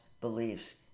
beliefs